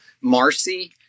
Marcy